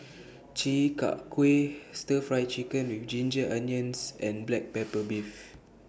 Chi Kak Kuih Stir Fry Chicken with Ginger Onions and Black Pepper Beef